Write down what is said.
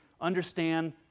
understand